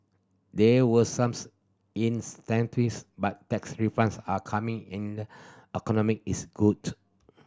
there were some incentives but tax refunds are coming in economy is good